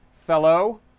fellow